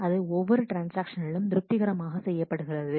அது ஒவ்வொரு ட்ரான்ஸ்ஆக்ஷனிலும் திருப்திகரமாக செய்யப்படுகிறது